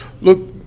look